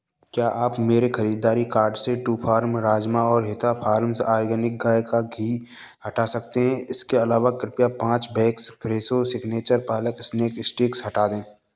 क्या आप मेरे खरीददारी कार्ट से टूफार्म राजमा और हिता फार्म्स आर्गेनिक गाय का घी हटा सकते हैं इसके अलावा कृपया पाँच bags fresho signature palak snack sticks हटा दें